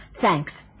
Thanks